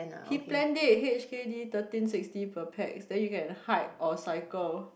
he planned it h_k_d thirteen sixty per pack then you can hike or cycle